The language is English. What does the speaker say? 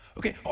Okay